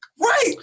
Right